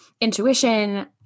intuition